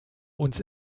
uns